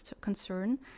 concern